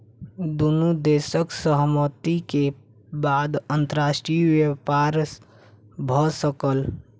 दुनू देशक सहमति के बाद अंतर्राष्ट्रीय व्यापार भ सकल